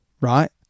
right